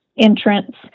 entrance